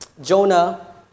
Jonah